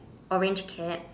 orange cap